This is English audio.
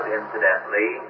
incidentally